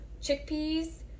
chickpeas